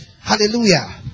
Hallelujah